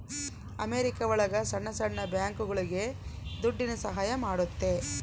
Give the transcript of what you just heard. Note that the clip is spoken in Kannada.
ಅಮೆರಿಕ ಒಳಗ ಸಣ್ಣ ಸಣ್ಣ ಬ್ಯಾಂಕ್ಗಳುಗೆ ದುಡ್ಡಿನ ಸಹಾಯ ಮಾಡುತ್ತೆ